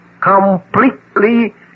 completely